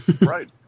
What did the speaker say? Right